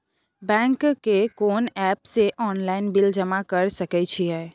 Bank के कोन app से ऑनलाइन बिल जमा कर सके छिए?